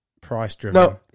price-driven